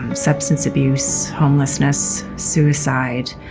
substance abuse, homelessness, suicide,